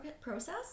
process